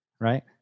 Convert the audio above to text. Right